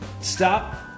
stop